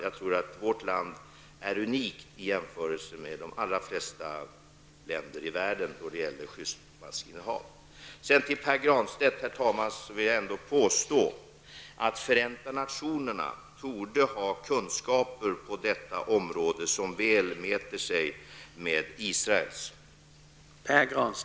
Jag tror att vårt land är nästan unikt och bättre än de allra flesta länder i världen då det gäller skyddsmask. Sedan till Pär Granstedt. Jag vill ändå påstå, herr talman, att Förenta nationerna på detta område torde har kunskaper som väl mäter sig med Israels.